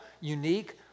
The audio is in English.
unique